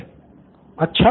student 3 अच्छा